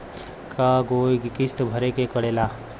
कय गो किस्त भरे के पड़ेला?